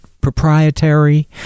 proprietary